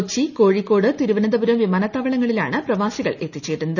കൊച്ചി കോഴിക്കോട് തിരുവനന്തപുരം വിമാനത്താവങ്ങളിലാണ് പ്രവാസികൾ എത്തിച്ചേരുന്നത്